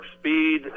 Speed